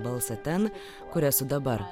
balsą ten kur esu dabar